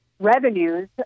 revenues